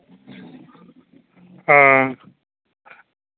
हां